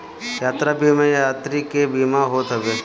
यात्रा बीमा में यात्री के बीमा होत हवे